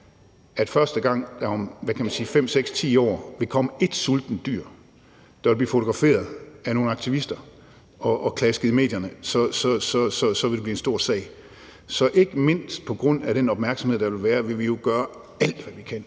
for første gang vil komme et sultent dyr, der vil blive fotograferet af nogle aktivister og klasket i medierne, så vil det blive en stor sag. Så ikke mindst på grund af den opmærksomhed, der vil være, vil vi jo gøre alt, hvad vi kan,